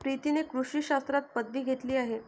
प्रीतीने कृषी शास्त्रात पदवी घेतली आहे